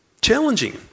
Challenging